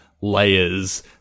layers